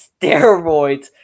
steroids